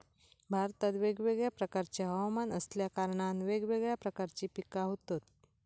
भारतात वेगवेगळ्या प्रकारचे हवमान असल्या कारणान वेगवेगळ्या प्रकारची पिका होतत